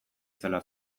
zela